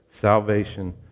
salvation